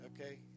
Okay